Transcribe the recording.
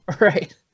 Right